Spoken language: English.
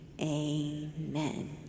Amen